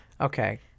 okay